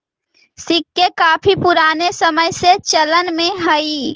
सिक्के काफी पूराने समय से चलन में हई